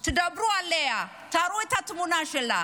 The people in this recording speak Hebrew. תדברו עליה, תראו את התמונה שלה.